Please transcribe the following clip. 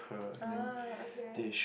ah okay